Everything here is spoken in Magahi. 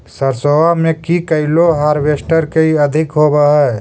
सरसोबा मे की कैलो हारबेसटर की अधिक होब है?